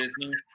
Disney